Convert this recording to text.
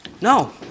No